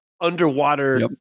underwater